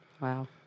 Wow